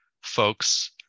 folks